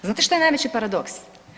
Znate šta je najveći paradoks?